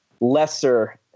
lesser